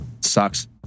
sucks